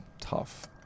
tough